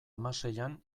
hamaseian